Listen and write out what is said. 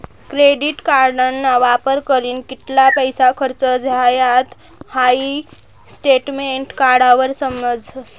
credit कार्डना वापर करीन कित्ला पैसा खर्च झायात हाई स्टेटमेंट काढावर समजस